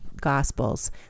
Gospels